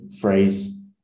phrase